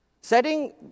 Setting